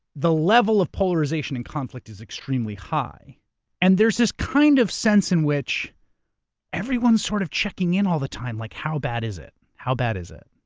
the level of polarization and conflict is extremely high and there's this kind of sense in which everyone's sort of checking in all the time, like, how bad is it? how bad is it?